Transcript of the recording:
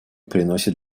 приносит